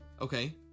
Okay